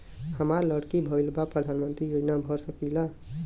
हमार लड़की भईल बा प्रधानमंत्री योजना भर सकीला?